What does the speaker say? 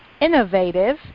innovative